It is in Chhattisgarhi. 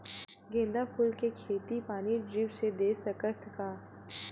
गेंदा फूल के खेती पानी ड्रिप से दे सकथ का?